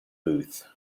booth